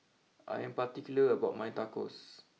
I am particular about my Tacos